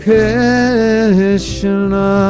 Krishna